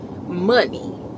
money